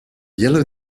yellow